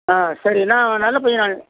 ஆ சரி நான் நல்ல பையனா